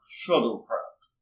shuttlecraft